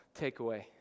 takeaway